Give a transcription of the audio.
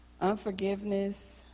unforgiveness